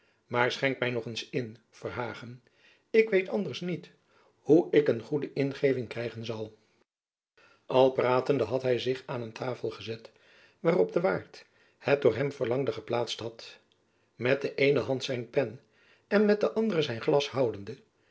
maar schenk nog eens in verhagen ik weet anders niet hoe ik een goede ingeving krijgen zal al pratende had hy zich aan een tafel gezet waarop de waard het door hem verlangde geplaatst had met de eene hand zijn pen en met de andere zijn glas houdende